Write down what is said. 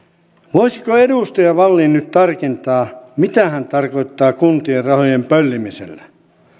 voisiko edustaja wallin nyt tarkentaa mitä hän tarkoittaa kuntien rahojen pöllimisellä